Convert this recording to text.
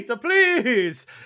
please